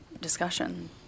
discussion